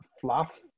fluff